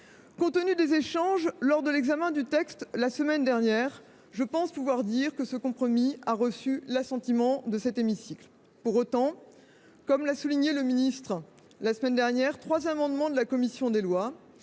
Compte tenu des échanges qui ont eu lieu lors de l’examen du texte la semaine dernière, je pense pouvoir dire que ce compromis a reçu l’assentiment de cet hémicycle. Pour autant, comme l’a souligné le ministre la semaine dernière, l’adoption en séance publique de trois